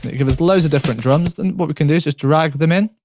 give us loads of different drums, and what we can do is just drag them in.